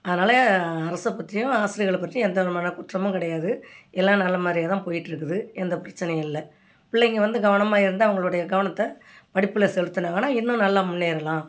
அதனால் அரசைப் பற்றியும் ஆசிரியர்களைப் பற்றியும் எந்த விதமான குற்றமும் கிடையாது எல்லாம் நல்ல மாதிரியா தான் போயிகிட்ருக்குது எந்த பிரச்சனையும் இல்லை பிள்ளைங்கள் வந்து கவனமாக இருந்து அவங்களுடைய கவனத்தை படிப்பில் செலுத்துனாங்கன்னால் இன்னும் நல்லா முன்னேறலாம்